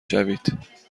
شوید